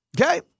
Okay